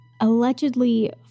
allegedly